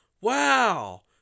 Wow